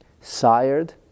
sired